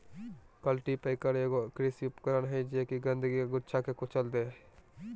cultipacker एगो कृषि उपकरण हइ जे कि गंदगी के गुच्छा के कुचल दे हइ